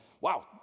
wow